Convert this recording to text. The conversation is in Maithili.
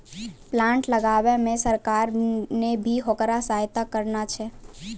प्लांट लगाय मॅ सरकार नॅ भी होकरा सहायता करनॅ छै